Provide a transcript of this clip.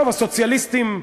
טוב, הסוציאליסטים,